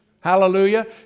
Hallelujah